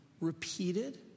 repeated